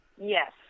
Yes